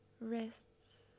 wrists